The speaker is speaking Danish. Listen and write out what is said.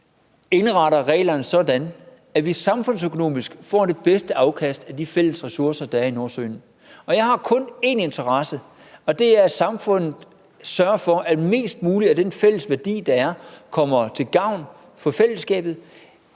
indretter reglerne sådan, at vi samfundsøkonomisk får det bedste afkast af de fælles ressourcer, der er i Nordsøen. Jeg har kun én interesse, og det er, at samfundet sørger for, at mest muligt af den fælles værdi, der er, kommer fællesskabet